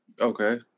Okay